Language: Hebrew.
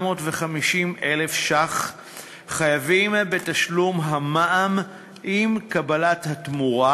מיליון חייבים בתשלום המע"מ עם קבלת התמורה,